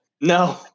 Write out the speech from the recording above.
No